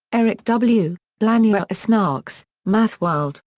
eric w, blanusa snarks, mathworld.